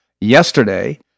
yesterday